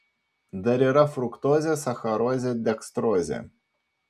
dar yra fruktozė sacharozė dekstrozė